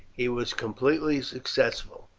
he was completely successful.